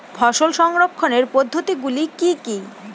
ফসল সংরক্ষণের পদ্ধতিগুলি কি কি?